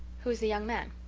who is the young man?